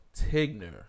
Tigner